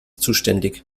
zuständig